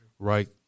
Right